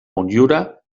motllura